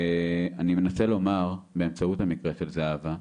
אני מנסה לומר, באמצעות המקרה של זהבה,